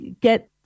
get